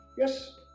Yes